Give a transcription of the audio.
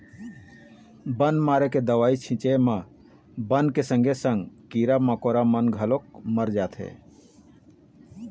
बन मारे के दवई छिंचे म बन के संगे संग कीरा कमोरा मन घलोक मर जाथें